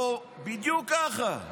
בדיוק ככה.